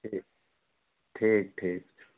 ठीक ठीक ठीक